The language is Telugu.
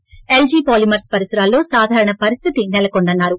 వొల్జీ పాలిమర్స్ పరిసరాల్లో సాధారణ పరిస్టితి నెలకొందన్నారు